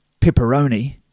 pepperoni